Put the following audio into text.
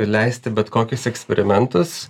įleisti bet kokius eksperimentus